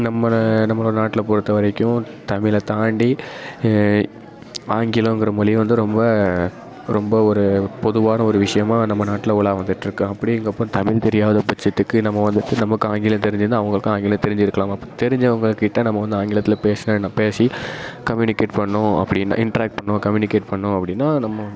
நம்மளை நம்மளோடய நாட்டில் பொருத்த வரைக்கும் தமிழை தாண்டி ஆங்கிலோங்கின்ற மொழி வந்து ரொம்ப ரொம்ப ஒரு பொதுவான ஒரு விஷயமாக நம்ம நாட்டில் உலா வந்துட்டுருக்கு அப்படிங்கப்போ தமிழ் தெரியாதப்பட்சத்துக்கு நம்ம வந்துட்டு நமக்கு ஆங்கிலம் தெரிஞ்சிருந்தா அவங்களுக்கும் ஆங்கிலம் தெரிஞ்சிருக்கலாம் அப்போ தெரிஞ்சவுங்கள்க்கிட்ட நம்ம வந்து ஆங்கிலத்தில் பேசினா என்ன பேசி கம்யூனிகேட் பண்ணோம் அப்படின்னா இன்ட்ராக்ட் பண்ணோம் கம்யூனிகேட் பண்ணோம் அப்படின்னா நம்ம